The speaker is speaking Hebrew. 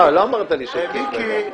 מיקי,